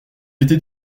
était